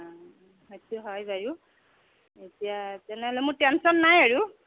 অ সেইটো হয় বাৰু এতিয়া তেনেহ'লে মোৰ টেনশ্যন নাই আৰু